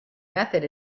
method